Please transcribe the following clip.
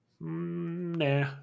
Nah